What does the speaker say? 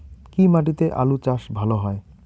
কি মাটিতে আলু চাষ ভালো হয়?